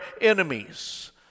enemies